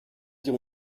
dire